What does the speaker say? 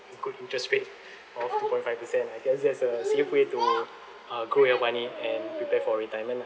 a good interest rate of two point five percent I guess that's a safe way to uh grow your money and prepare for retirement lah